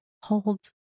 holds